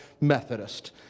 Methodist